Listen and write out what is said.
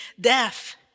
death